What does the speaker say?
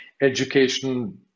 education